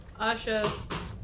Asha